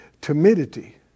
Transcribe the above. timidity